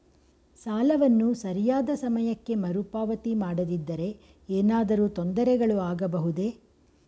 ಸಾಲವನ್ನು ಸರಿಯಾದ ಸಮಯಕ್ಕೆ ಮರುಪಾವತಿ ಮಾಡದಿದ್ದರೆ ಏನಾದರೂ ತೊಂದರೆಗಳು ಆಗಬಹುದೇ?